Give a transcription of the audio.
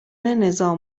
نظام